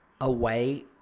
Away